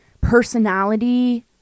personality